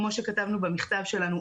כמו שכתבנו במכתב שלנו,